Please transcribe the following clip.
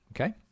okay